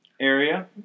area